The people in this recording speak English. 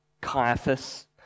Caiaphas